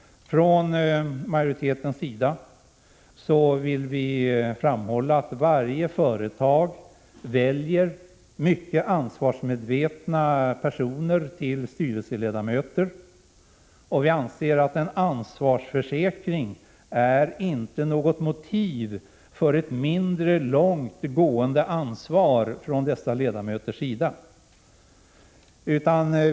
Vi i majoriteten vill framhålla att varje företag väljer mycket ansvarsmedvetna personer till styrelseledamöter. Vi anser att en ansvarsförsäkring inte är något motiv för ett mindre långt gående ansvar från dessa ledamöters sida.